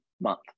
month